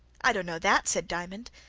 i don't know that, said diamond.